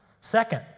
Second